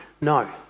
No